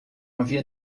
havia